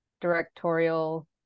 directorial